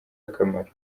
akamaro